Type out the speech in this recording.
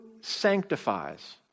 sanctifies